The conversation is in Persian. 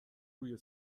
روی